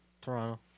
Toronto